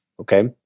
Okay